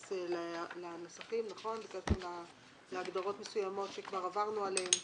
להכניס לתוך הניסוחים בהגדרות מסוימות שכבר עברנו עליהן.